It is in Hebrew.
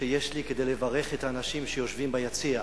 שיש לי כדי לברך את האנשים שיושבים ביציע,